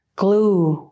glue